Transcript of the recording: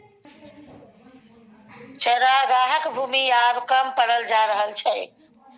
चरागाहक भूमि आब कम पड़ल जा रहल छै